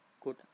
good